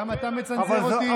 אמרתי, אני, גם אתה מצנזר אותי?